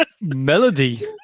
melody